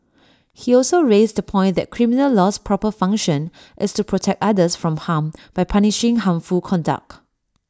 he also raised the point that criminal law's proper function is to protect others from harm by punishing harmful conduct